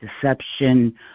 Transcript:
deception